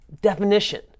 definition